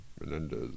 Menendez